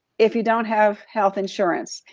if you don't have health insurance,